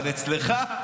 אבל אצלך,